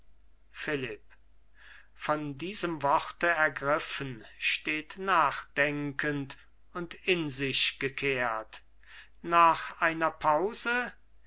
philipp von diesen worten ergriffen steht nachdenkend und in sich gekehrt nach einer pause